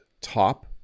top